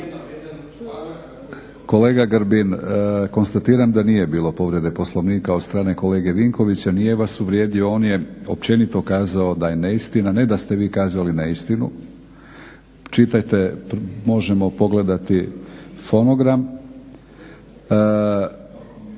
Kolega Grbin konstatiram da nije bilo povrede Poslovnika od strane kolege Vinkovića, nije vas uvrijedio. On je općenito kazao da je neistina, ne da ste vi kazali neistinu, čitajte, možemo pogledati fonogram.